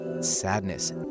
sadness